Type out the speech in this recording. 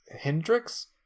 Hendrix